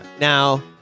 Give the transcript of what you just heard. Now